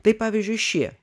tai pavyzdžiui šie